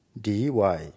D-Y